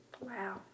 Wow